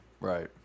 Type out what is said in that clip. Right